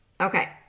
Okay